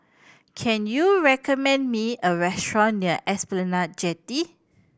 can you recommend me a restaurant near Esplanade Jetty